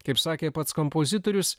kaip sakė pats kompozitorius